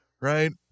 right